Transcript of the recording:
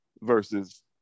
versus